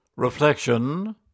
REFLECTION